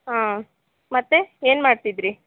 ಹಾಂ ಮತ್ತೆ ಏನ್ಮಾಡ್ತಿದ್ರಿ